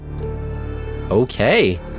Okay